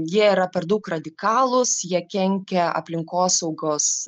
jie yra per daug radikalūs jie kenkia aplinkosaugos